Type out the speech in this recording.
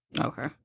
Okay